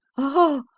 ah,